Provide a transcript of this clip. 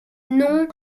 nom